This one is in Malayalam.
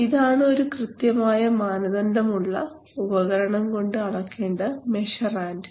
ഇതാണ് ഒരു കൃത്യമായ മാനദണ്ഡം ഉള്ള ഉപകരണം കൊണ്ട് അളക്കേണ്ട മെഷറാൻഡ്